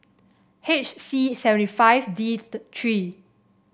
H C seventy five D three